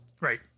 Right